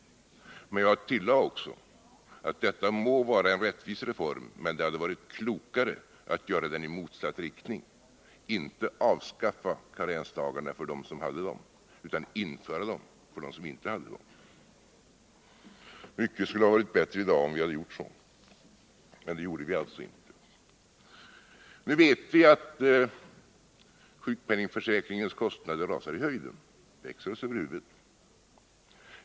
Men jag tillade också, att detta må vara en rättvisereform, men det hade varit klokare att göra den i motsatt riktning — inte att avskaffa karensdagarna för dem som hade sådana utan att införa karensdagar för dem som inte hade några. Mycket hade varit bättre i dag, om vi hade gjort så. Men det gjorde vi alltså inte. Nu vet vi att sjukpenningförsäkringens kostnader rasar i höjden, att de växer oss över huvudet.